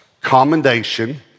Commendation